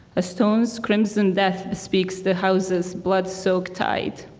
a stone's crimson death bespeaks the houses blood-soaked tide.